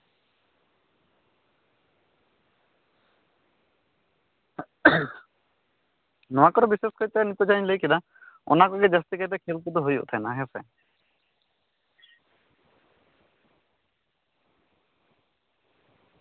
ᱱᱚᱣᱟ ᱠᱚᱫᱚ ᱵᱤᱥᱮᱥ ᱠᱟᱭᱛᱮ ᱱᱤᱛᱳᱜ ᱡᱟᱦᱟᱧ ᱞᱟᱹᱭ ᱠᱮᱫᱟ ᱚᱱᱟ ᱠᱚᱜᱮ ᱡᱟᱹᱥᱛᱤ ᱠᱟᱭᱛᱮ ᱠᱷᱮᱹᱞ ᱠᱚᱫᱚ ᱦᱩᱭᱩᱜ ᱛᱟᱦᱮᱱᱟ ᱦᱮᱸᱥᱮ